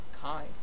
Hi